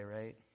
right